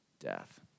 Death